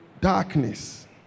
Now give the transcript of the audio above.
darkness